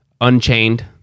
unchained